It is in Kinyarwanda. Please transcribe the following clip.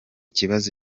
kibazo